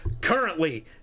currently